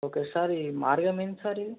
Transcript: okay sir ఈ మార్గం ఏంటి సార్ ఇది